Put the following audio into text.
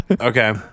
okay